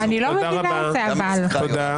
תודה רבה.